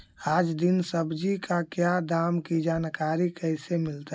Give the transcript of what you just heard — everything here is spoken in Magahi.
आज दीन सब्जी का क्या दाम की जानकारी कैसे मीलतय?